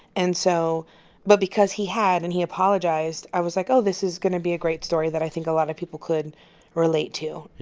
and so but because he had and he apologized, i was like, oh, this is going to be a great story that i think a lot of people could relate to.